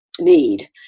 need